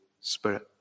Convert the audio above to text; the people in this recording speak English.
Spirit